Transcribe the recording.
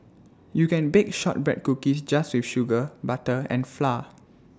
you can bake Shortbread Cookies just with sugar butter and flour